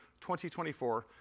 2024